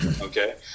Okay